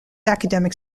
academic